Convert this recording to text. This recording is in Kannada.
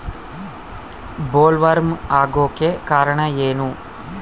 ಬೊಲ್ವರ್ಮ್ ಆಗೋಕೆ ಕಾರಣ ಏನು?